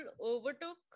overtook